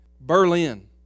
Berlin